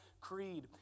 Creed